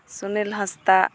Sunil Hansda